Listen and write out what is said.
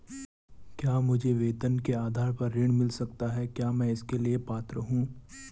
क्या मुझे वेतन के आधार पर ऋण मिल सकता है क्या मैं इसके लिए पात्र हूँ?